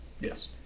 Yes